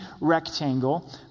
rectangle